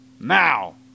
Now